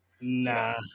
Nah